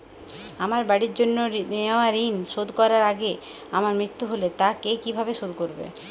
আমার বাড়ির জন্য নেওয়া ঋণ শোধ করার আগে আমার মৃত্যু হলে তা কে কিভাবে শোধ করবে?